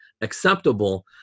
acceptable